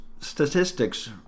statistics